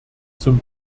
zum